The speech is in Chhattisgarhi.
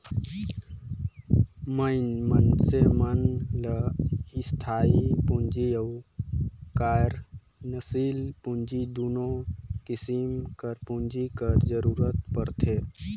मइनसे मन ल इस्थाई पूंजी अउ कारयसील पूंजी दुनो किसिम कर पूंजी कर जरूरत परथे